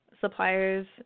suppliers